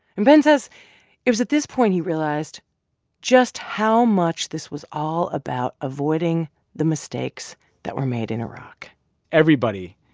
and ben says it was at this point he realized just how much this was all about avoiding the mistakes that were made in iraq everybody.